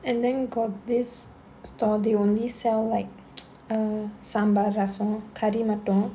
and then got this store they only sell like err sambar ரசம்:saambaar rasam curry மட்டும்:mattum